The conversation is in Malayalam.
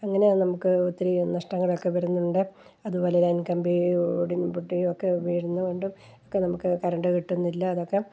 അങ്ങനെ നമുക്ക് ഒത്തിരി നഷ്ടങ്ങളൊക്കെ വരുന്നുണ്ട് അതുപോലെ ലൈൻ കമ്പി റോഡിൽ പൊട്ടി ഒക്കെ വീഴുന്നതു കൊണ്ടും ഒക്കെ നമുക്ക് കറണ്ടു കിട്ടുന്നില്ല അതൊക്കെ